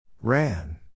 Ran